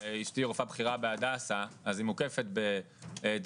אשתי רופאה בכירה ב"הדסה" והיא מוקפת בתזונאיות,